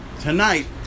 tonight